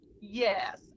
yes